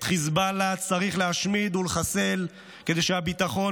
את חיזבאללה צריך להשמיד ולחסל כדי שהביטחון